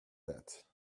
that